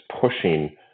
pushing